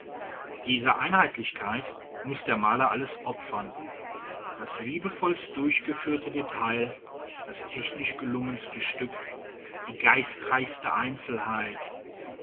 dieser einheitlichkeit muß der maler alles opfern das liebevollst durchgeführte detail das technisch gelungenste stück die geistreichste einzelheit